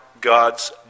God's